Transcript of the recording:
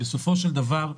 בסופו של דבר,